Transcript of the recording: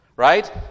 right